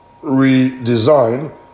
redesign